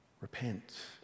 repent